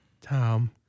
Tom